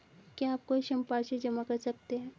क्या आप कोई संपार्श्विक जमा कर सकते हैं?